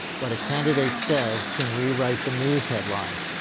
what a candidate says can rewrite the news headlines.